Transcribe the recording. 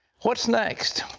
what's next?